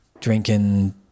drinking